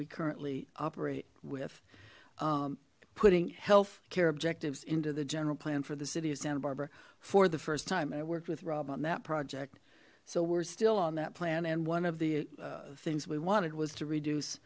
we currently operate with putting health care into the general plan for the city of santa barbara for the first time and i worked with rob on that project so we're still on that plan and one of the things we wanted was to reduce